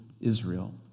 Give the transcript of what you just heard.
Israel